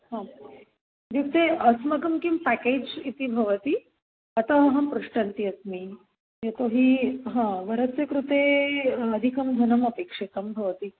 हाम् इत्युक्ते अस्माकं किं पेकेज् इति भवति अतः अहं पृच्छन्ती अस्मि यतोहि हा वरस्य कृते अधिकं धनमपेक्षितं भवति